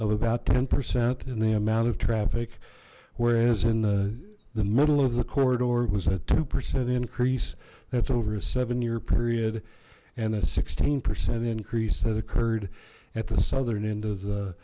of about ten percent and the amount of traffic whereas in the the middle of the corridor was a two percent increase that's over a seven year period and a sixteen percent increase that occurred at the southern end of the